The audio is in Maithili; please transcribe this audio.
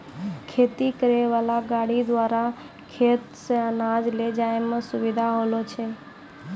खेती करै वाला गाड़ी द्वारा खेत से अनाज ले जाय मे सुबिधा होलो छै